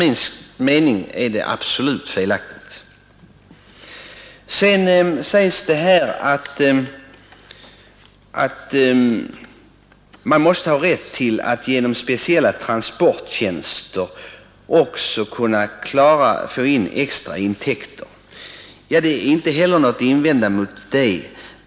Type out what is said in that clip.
Sedan heter det i svaret att SJ måste ha rätt att genom speciella transporttjänster kunna få extraintäkter. Det är inte något att invända mot det heller.